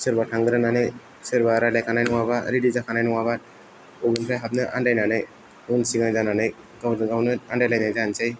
सोरबा थांग्रोनानै सोरबा रायलायखानाय नङाबा रेडि जाखानाय नङाबा अबेनिफ्राय हाबनो आन्दायनानै उन सिगां जानानै गावजों गावनो आन्दायलायनाय जानोसै